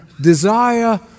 desire